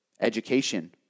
education